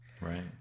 Right